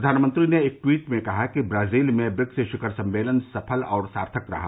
प्रधानमंत्री ने एक ट्वीट में कहा कि ब्राजील में ब्रिक्स शिखर सम्मेलन सफल और सार्थक रहा